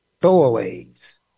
throwaways